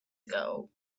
ago